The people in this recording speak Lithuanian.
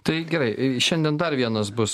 tai gerai šiandien dar vienas bus